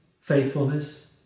faithfulness